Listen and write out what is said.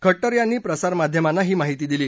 खट्टर यांनी प्रसारमाध्यमांना ही माहिती दिली